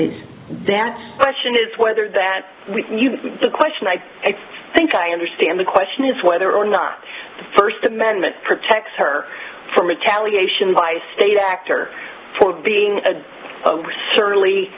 obscenities that question is whether that was the question i think i understand the question is whether or not the first amendment protects her from retaliation by a state actor for being a surly